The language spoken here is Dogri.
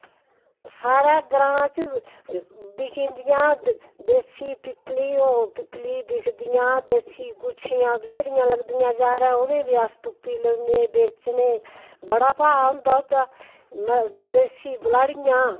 साढ़े ग्रांऽ च बिकी जंदियां देस्सी पिपलीं होन पिपलीं बिकदियां देस्सी गुच्छियां बत्हेरियां लगदियां जाड़ैं उ'नें बी अस तुप्पी लेई औन्ने बेचने बड़ा भा होंदा ओह्दा देस्सी बलाह्ड़ियां